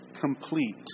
complete